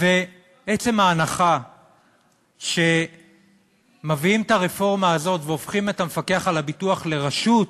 ועצם ההנחה שמביאים את הרפורמה הזאת והופכים את המפקח על הביטוח לרשות,